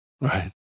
Right